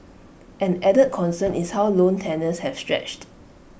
an added concern is how loan tenures have stretched